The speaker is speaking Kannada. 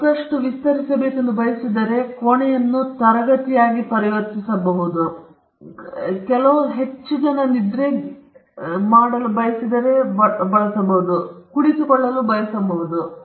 ಮತ್ತು ನೀವು ಅದನ್ನು ಮತ್ತಷ್ಟು ವಿಸ್ತರಿಸಬೇಕೆಂದು ಬಯಸಿದರೆ ಕೋಣೆಯನ್ನು ತರಗತಿಯೊಳಗೆ ಪರಿವರ್ತಿಸಬಹುದು ಅದರ ಮೂಲಕ ನೀವು ಹೆಚ್ಚು ಜನರು ನಿದ್ರೆಗಿಂತ ಕುಳಿತುಕೊಳ್ಳಬಹುದು ಮತ್ತು ನೀವು ಸ್ವಲ್ಪ ಹೆಚ್ಚು ಹಣವನ್ನು ಮಾಡಬಹುದು ಅಥವಾ ನಿಮ್ಮ ಉದ್ಯಮವನ್ನು ಬೇರೆ ಬೇರೆಯಾಗಿ ಬದಲಾಯಿಸಬಹುದು